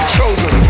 Chosen